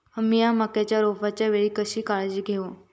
मीया मक्याच्या रोपाच्या वेळी कशी काळजी घेव?